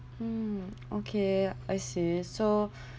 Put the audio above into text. hmm okay I see so